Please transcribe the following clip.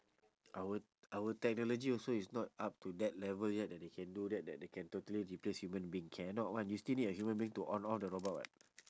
our our technology also is not up to that level yet that they can do that that they can totally replace human being cannot [one] you still need a human being to on all the robot [what]